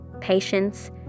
patience